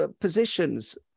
positions